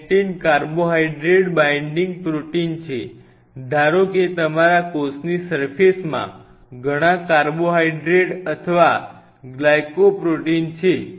lectin carbohydrate binding protein છે ધારો કે તમારા કોષની સર્ફેસ માં ઘણાં કાર્બોહાઇડ્રેટ અથવા ગ્લાયકોપ્રોટીન છે